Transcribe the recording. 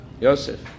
Yosef